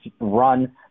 run